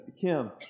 Kim